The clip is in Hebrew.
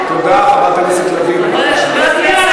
חברת הכנסת לביא, בבקשה.